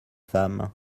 femme